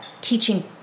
teaching